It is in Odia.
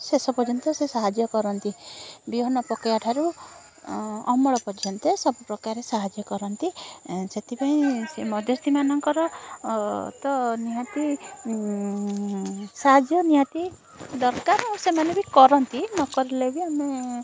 ଶେଷ ପର୍ଯ୍ୟନ୍ତ ସେ ସାହାଯ୍ୟ କରନ୍ତି ବିହନ ପକେଇବା ଠାରୁ ଅମଳ ପର୍ଯ୍ୟନ୍ତ ସବୁ ପ୍ରକାରରେ ସାହାଯ୍ୟ କରନ୍ତି ସେଥିପାଇଁ ସେ ମଧ୍ୟସ୍ଥିମାନଙ୍କର ତ ନିହାତି ସାହାଯ୍ୟ ନିହାତି ଦରକାର ଆଉ ସେମାନେ ବି କରନ୍ତି ନକରିଲେ ବି ଆମେ